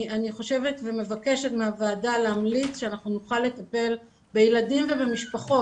אני מבקשת מהוועדה להמליץ שנוכל לטפל בילדים ובמשפחות